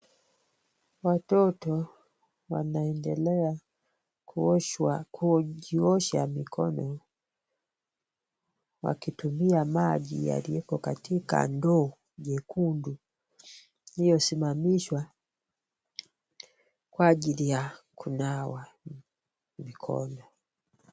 Watoto wanaendelea kujiosha mikono wakitumia maji yalieko katika ndoo nyekundu iliyosimamishwa kwa ajili ya kunawa mikono.